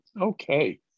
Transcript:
Okay